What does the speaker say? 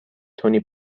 تونی